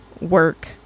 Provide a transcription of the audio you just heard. work